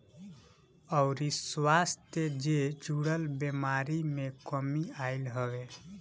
अउरी स्वास्थ्य जे जुड़ल बेमारी में कमी आईल हवे